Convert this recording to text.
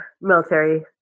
military